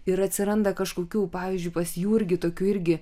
ir atsiranda kažkokių pavyzdžiui pas jurgį tokių irgi